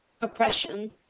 oppression